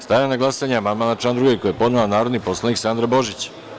Stavljam na glasanje amandman na član 2. koji je podnela narodni poslanik Sandra Božić.